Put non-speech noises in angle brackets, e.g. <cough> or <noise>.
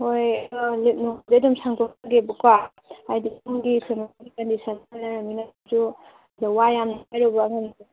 ꯍꯣꯏ ꯑꯗꯨ ꯂꯤꯕ ꯅꯨꯡꯁꯤ ꯑꯗꯨꯝ ꯁꯥꯡꯗꯣꯛꯆꯒꯦꯕꯀꯣ ꯍꯥꯏꯗꯤ ꯌꯨꯝꯒꯤ ꯐꯦꯃꯤꯂꯤ ꯀꯟꯗꯤꯁꯟ ꯈꯔ ꯂꯩꯔꯕꯅꯤꯅ <unintelligible> ꯁꯤꯗ ꯋꯥ ꯌꯥꯝꯅ ꯍꯥꯏꯔꯨꯕ <unintelligible>